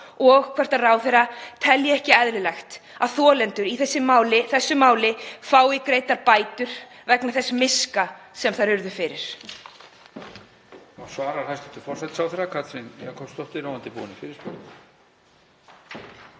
á? Telur ráðherra ekki eðlilegt að þolendur í þessu máli fái greiddar bætur vegna þess miska sem þær urðu fyrir?